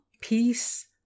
peace